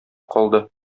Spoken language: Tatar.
калды